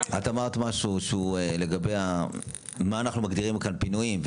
אמרת משהו שהוא לגבי מה אנחנו מגדירים כאן פינויים,